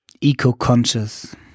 eco-conscious